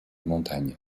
montagne